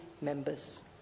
Members